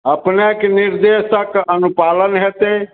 अपनेके निर्देशक अनुपालन हेतै